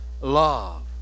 love